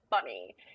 funny